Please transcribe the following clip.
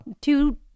two